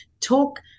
Talk